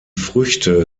früchte